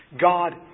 God